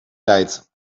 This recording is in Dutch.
tijd